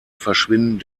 verschwinden